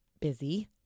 Busy